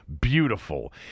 beautiful